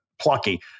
plucky